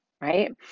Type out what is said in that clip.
Right